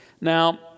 Now